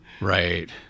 Right